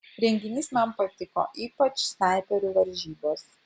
renginys man patiko ypač snaiperių varžybos